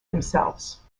themselves